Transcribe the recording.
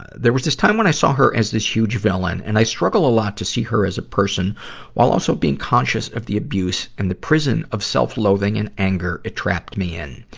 there was thin time when i saw her as this huge villain, and i struggle a lot to see her as a person while also being conscious of the abuse and the prison of self-loathing and anger it trapped me in.